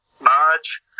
Marge